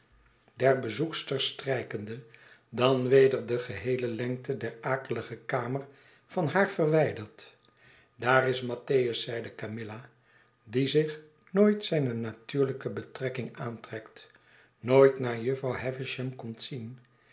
der bezoekster strijkende dan weder de geheele lengte der akelige kamer van haar verwijderd daar is mattheus zeide camilla die zich nooit zijne natuurlijke betrekkingen aantrekt nooit naar jufvrouw havisham komt zien